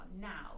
now